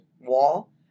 wall